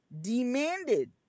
demanded